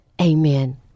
amen